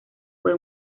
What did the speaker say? fue